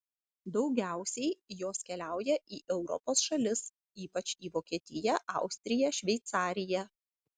daugiausiai jos keliauja į europos šalis ypač į vokietiją austriją šveicariją